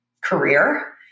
career